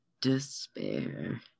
despair